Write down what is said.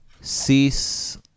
cease